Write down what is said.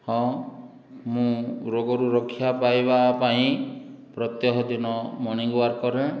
ହଁ ମୁଁ ରୋଗରୁ ରକ୍ଷା ପାଇବା ପାଇଁ ପ୍ରତ୍ୟହ ଦିନ ମର୍ଣ୍ଣିଙ୍ଗ ୱାର୍କ କରେ